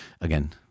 again